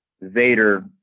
Vader